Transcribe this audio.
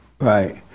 Right